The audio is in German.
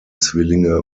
zwillinge